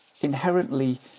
inherently